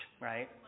right